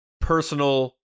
personal